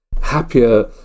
happier